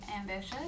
ambitious